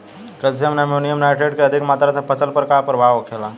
Calcium ammonium nitrate के अधिक मात्रा से फसल पर का प्रभाव होखेला?